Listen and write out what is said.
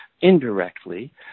indirectly